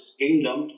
kingdom